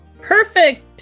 Perfect